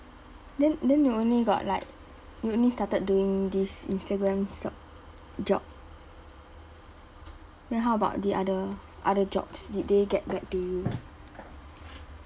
then then you only got like you only started doing this instagram stuff job then how about the other other jobs did they get back to you